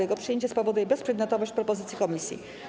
Jego przyjęcie spowoduje bezprzedmiotowość propozycji komisji.